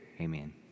amen